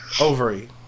Ovary